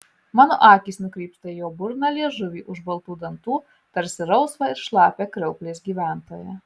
mano akys nukrypsta į jo burną liežuvį už baltų dantų tarsi rausvą ir šlapią kriauklės gyventoją